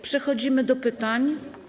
Przechodzimy do pytań.